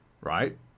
right